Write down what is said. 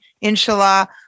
inshallah